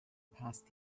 past